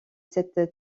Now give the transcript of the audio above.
cette